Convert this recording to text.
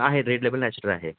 आहे Red Label natural आहे